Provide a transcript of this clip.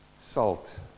Salt